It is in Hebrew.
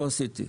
לא עשיתי.